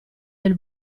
del